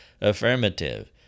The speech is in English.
affirmative